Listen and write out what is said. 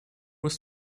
was